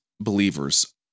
believers